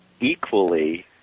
equally